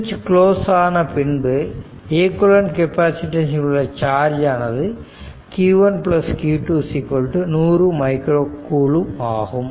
சுவிட்ச் குளோஸ் ஆனபின்பு equivalent capacitance இல் உள்ள சார்ஜ் ஆனது q1 q2 100 மைக்ரோ கூலும்ப் ஆகும்